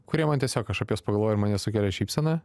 kurie man tiesiog aš apie juos pagalvoju ir man jie sukelia šypseną